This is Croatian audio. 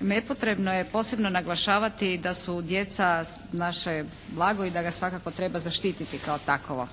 Nepotrebno je posebno naglašavati da su djeca naše blago i da ga svakako treba zaštititi kao takovo.